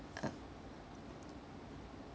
uh